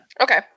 Okay